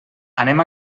anem